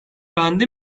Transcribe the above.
bende